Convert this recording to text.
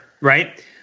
right